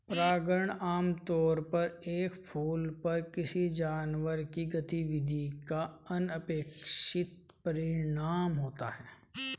परागण आमतौर पर एक फूल पर किसी जानवर की गतिविधि का अनपेक्षित परिणाम होता है